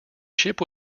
ship